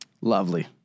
Lovely